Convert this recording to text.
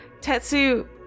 Tetsu